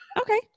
Okay